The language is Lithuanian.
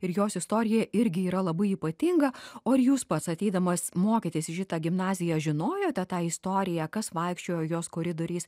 ir jos istorija irgi yra labai ypatinga o ir jūs pats ateidamas mokytis į šitą gimnaziją žinojote tą istoriją kas vaikščiojo jos koridoriais